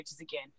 again